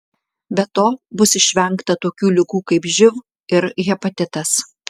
be to bus išvengta tokių ligų kaip živ ir hepatitas